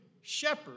shepherd